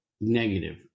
negative